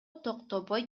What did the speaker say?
токтобой